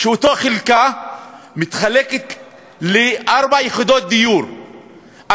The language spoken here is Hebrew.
שאותה חלקה מתחלקת לארבע יחידות דיור,